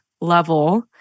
level